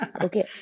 okay